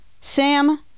Sam